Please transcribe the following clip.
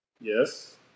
Yes